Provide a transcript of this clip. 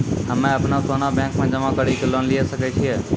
हम्मय अपनो सोना बैंक मे जमा कड़ी के लोन लिये सकय छियै?